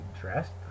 dressed